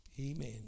Amen